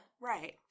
Right